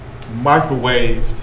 microwaved